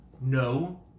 No